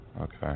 Okay